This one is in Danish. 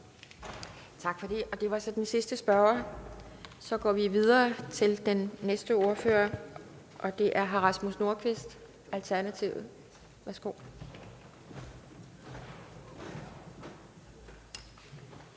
Tak for det, og det var så den sidste spørger. Så går vi videre til den næste ordfører, og det er hr. Rasmus Nordqvist, Alternativet. Værsgo.